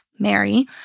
Mary